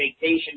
vacation